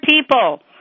people